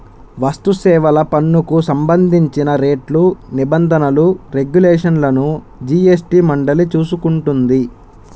వస్తుసేవల పన్నుకు సంబంధించిన రేట్లు, నిబంధనలు, రెగ్యులేషన్లను జీఎస్టీ మండలి చూసుకుంటుంది